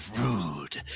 rude